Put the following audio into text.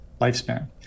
lifespan